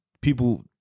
People